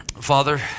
Father